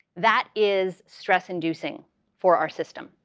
that is stress inducing for our system.